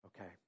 Okay